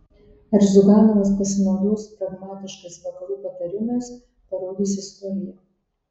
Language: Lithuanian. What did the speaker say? ar ziuganovas pasinaudos pragmatiškais vakarų patarimais parodys istorija